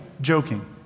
joking